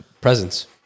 Presence